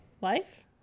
life